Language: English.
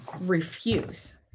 refuse